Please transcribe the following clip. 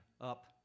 up